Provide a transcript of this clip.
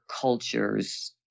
cultures